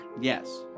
Yes